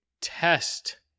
test